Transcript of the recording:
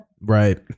Right